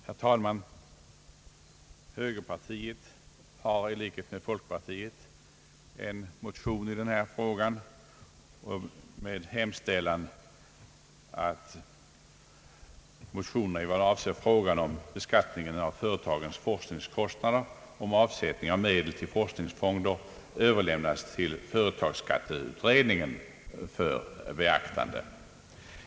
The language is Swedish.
Herr talman! Högerpartiet har, i likhet med folkpartiet, väckt en motion i denna fråga och hemställt att motionerna, i vad avser frågan om beskattning av företagens forskningskostnader och frågan om avsättning av medel till forskningsfonder, överlämnas till företagsskatteutredningen för beaktande.